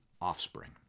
offspring